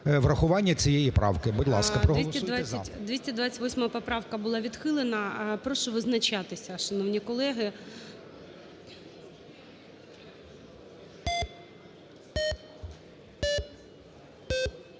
врахування цієї правки. Будь ласка, проголосуйте "за". ГОЛОВУЮЧИЙ. 228 поправка була відхилена, прошу визначатися, шановні колеги.